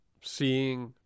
seeing